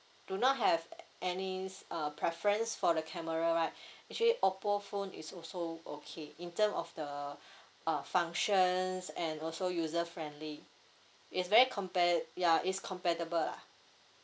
do not have any uh preference for the camera right actually oppo phone is also okay in term of the err functions and also user friendly it's very compa~ ya it's compatible lah